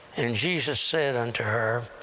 and jesus said unto her.